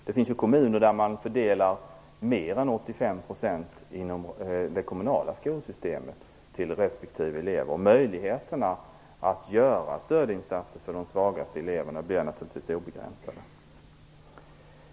Det finns ju kommuner som fördelar mer än 85 % inom det kommunala skolsystemet till respektive elev. Möjligheterna att göra stödinsatser för de svagaste eleverna blir naturligtvis begränsade.